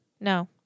no